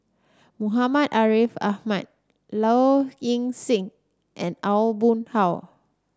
Muhammad Ariff Ahmad Low Ing Sing and Aw Boon Haw